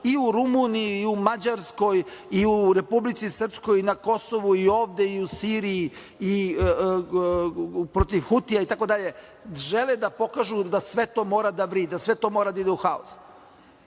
i u Rumuniji, i u Mađarskoj, i u Republici Srpskoj, i na Kosovu, i ovde, i u Siriji, i protiv Hutija itd, žele da pokažu da sve to mora da vri, da sve to mora da ide u